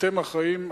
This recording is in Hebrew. אתם אחראים.